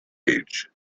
age